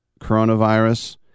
coronavirus